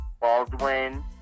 Baldwin